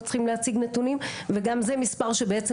צריכים להציג נתונים וגם זה מספר שבעצם,